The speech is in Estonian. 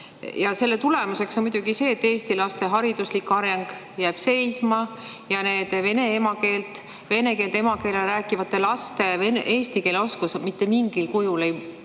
selle tulemuseks on muidugi see, et eesti laste hariduslik areng jääb seisma ja vene keelt emakeelena rääkivate laste eesti keele oskus mitte mingil kujul ei